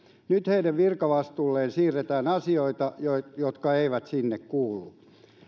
nyt heidän virkavastuulleen siirretään asioita jotka eivät sinne kuulu